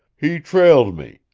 he trailed me.